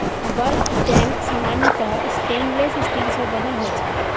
bulk tank सामान्यतः stainless steel सं बनल होइ छै